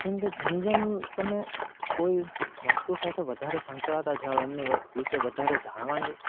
કેમકે જેમ જેમ તમે કોઈ વસ્તુ સાથે વધારે સંકળાતા જાઓ એમની વિષે વધારે જાણવાની